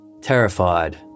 Terrified